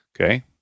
Okay